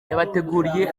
yabateguriye